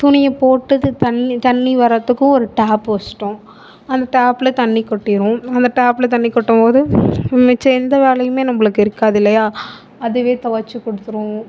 துணியை போட்டுட்டு தண்ணிர் தண்ணிர் வரத்துக்கும் ஒரு டாப் வச்சுட்டோம் அந்த டாப்பில் தண்ணிர் கொட்டிடும் அந்த டாப்பில் தண்ணிர் கொட்டும்போது மிச்சம் எந்த வேலையும் நம்மளுக்கு இருக்காது இல்லையா அதுவே தொவைச்சி கொடுத்துடும்